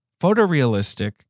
photorealistic